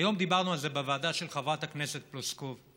והיום דיברנו על זה בוועדה של חברת הכנסת פלסקוב: